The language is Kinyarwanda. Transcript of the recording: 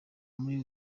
muri